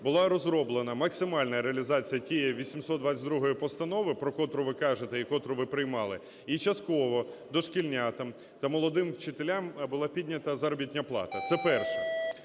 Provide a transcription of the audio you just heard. була розроблена максимальна реалізація тієї 822 Постанови, про котру ви кажете і котру ви приймали, і частково дошкільнятам та молодим вчителям була піднята заробітна плата. Це перше.